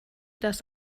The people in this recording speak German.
dass